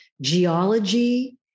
geology